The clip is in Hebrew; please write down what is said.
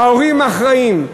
ההורים אחראים?